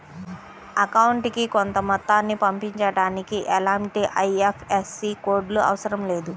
అకౌంటుకి కొంత మొత్తాన్ని పంపించడానికి ఎలాంటి ఐఎఫ్ఎస్సి కోడ్ లు అవసరం లేదు